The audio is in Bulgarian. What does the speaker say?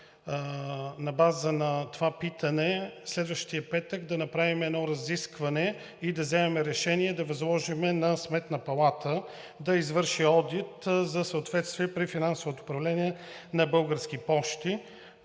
на база на това питане, следващия петък да направим едно разискване и да вземем решение да възложим на Сметната палата да извърши одит за съответствие при финансовото управление на „Български пощи“